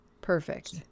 Perfect